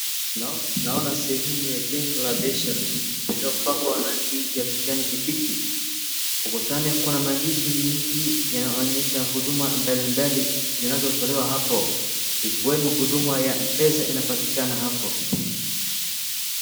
Naona sehemu ya jengo ya biashara iliyopakwa rangi ya kijani kibichi, ukutani kuna maandishi mengi yanayoonyesha huduma mbali mbali yanayotolewa hapo ikiwemo huduma ya mpesa inapatikana hapo.